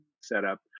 setup